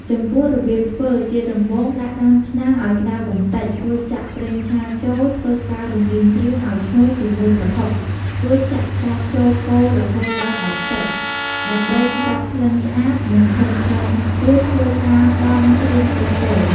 ចំពោះរបៀបធ្វើជាដំបូងដាក់ដាំឆ្នាំងឲ្យក្តៅបន្តិចរួចចាក់ប្រេងឆាចូលធ្វើការរុំលីងគ្រឿងឲ្យឈ្ងុយជាមួយប្រហុករួចចាក់សាច់ចូលកូររហូតដល់ដាច់ទឹកដើម្បីកាត់ក្លិនឆ្អាបនិងធុំក្លិនរួចធ្វើការបង់គ្រឿងទេសចូល។